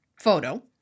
photo